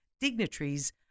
dignitaries